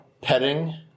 Petting